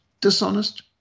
dishonest